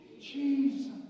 Jesus